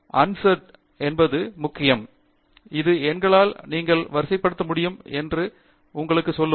அன்சர்ட் என்பது முக்கியம் இது எண்களால் நீங்கள் வரிசைப்படுத்த முடியும் என்று உங்களுக்கு சொல்லும்